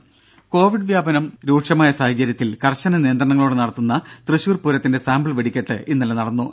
ദേഴ കോവിഡ് വ്യാപനം രൂക്ഷമായ സാഹചര്യത്തിൽ കർശന നിയന്ത്രണങ്ങളോടെ നടത്തുന്ന തൃശൂർ പൂരത്തിന്റെ സാമ്പിൾ വെടിക്കെട്ട് ഇന്നലെ നടന്നു